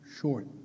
short